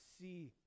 see